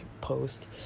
post